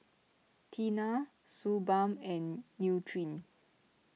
Tena Suu Balm and Nutren